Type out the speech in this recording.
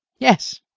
yes!